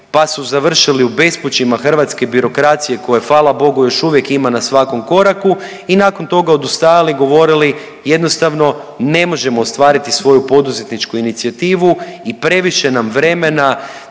pa su završili u bespućima hrvatske birokracije koje, hvala Bogu još uvijek ima na svakom koraku i nakon toga odustajali i govorili, jednostavno ne možemo ostvariti svoju poduzetničku inicijativu i previše nam vremena